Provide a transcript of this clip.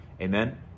Amen